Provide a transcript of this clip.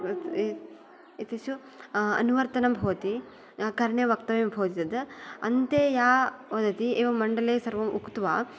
एतेषु अनुवर्तनं भवति कर्णे वक्तव्यं भवति तत् अन्ते या वदति एवं मण्डले सर्वम् उक्त्वा